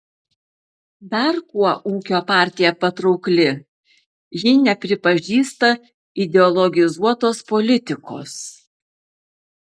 dar kuo ūkio partija patraukli ji nepripažįsta ideologizuotos politikos